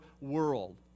world